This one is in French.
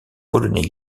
polonais